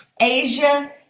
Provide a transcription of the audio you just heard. Asia